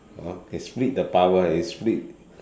hor can split the power eh you split